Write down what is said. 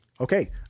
Okay